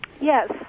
Yes